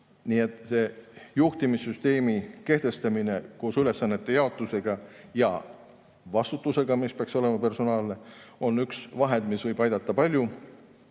mured. Juhtimissüsteemi kehtestamine koos ülesannete jaotusega ja vastutusega, mis peaks olema personaalne, on üks vahend, mis võib palju